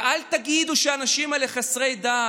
ואל תגידו שהאנשים האלה חסרי דת.